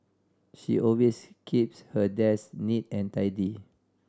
she always keeps her desk neat and tidy